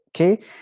okay